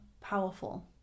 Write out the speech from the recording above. powerful